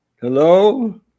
hello